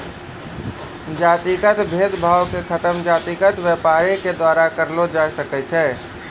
जातिगत भेद भावो के खतम जातिगत व्यापारे के द्वारा करलो जाय सकै छै